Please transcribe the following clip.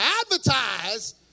advertise